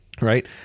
Right